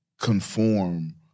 conform